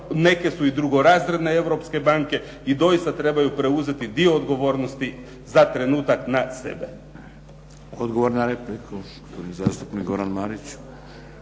neke su i drugorazredne europske banke i dosita trebaju preuzeti dio odgovornosti za trenutak na sebe.